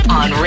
on